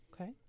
Okay